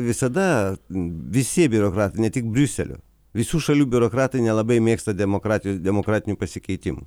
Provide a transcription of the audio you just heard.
visada visi biurokratai ne tik briuselio visų šalių biurokratai nelabai mėgsta demokratijos demokratinių pasikeitimų